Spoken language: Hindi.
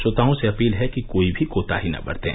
श्रोताओं से अपील है कि कोई भी कोताही न बरतें